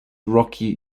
rocky